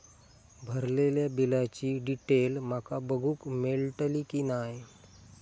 भरलेल्या बिलाची डिटेल माका बघूक मेलटली की नाय?